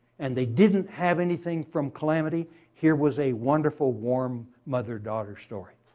and they didn't have anything from calamity here was a wonderful, warm, mother-daughter story.